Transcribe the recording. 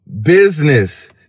business